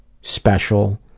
special